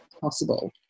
possible